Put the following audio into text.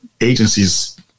agencies